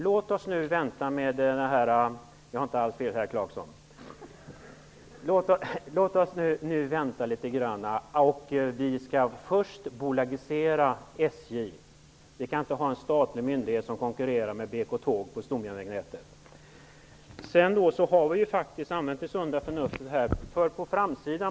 Låt oss nu vänta litet grand. Vi skall först bolagisera SJ. Vi kan inte ha en statlig myndighet som konkurrerar med BK-Tåg på stomjärnvägsnätet. Vi har vidare använt sunda förnuftet.